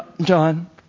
John